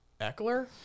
Eckler